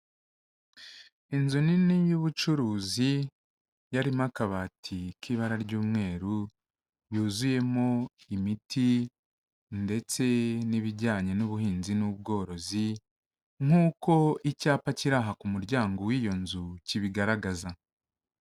Inzu nini y'ubucuruzi yarimo akabati k'ibara ry'umweru, yuzuyemo imiti ndetse n'ibijyanye n'ubuhinzi n'ubworozi, nk'uko icyapa kiri aha ku muryango w'iyo nzu kibigaragaza.